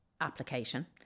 application